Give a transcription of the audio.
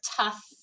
tough